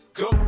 go